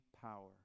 Power